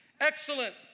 excellent